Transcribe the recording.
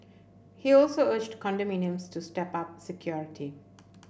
he also urged condominiums to step up security